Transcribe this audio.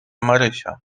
marysia